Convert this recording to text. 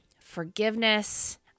forgiveness